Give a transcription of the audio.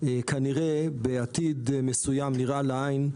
כנראה בעתיד מסוים נראה לעין,